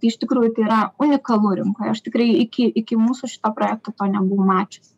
tai iš tikrųjų tai yra unikalu rinkoj aš tikrai iki iki mūsų šito projekto to nebuvau mačius